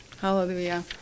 Hallelujah